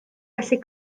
gallu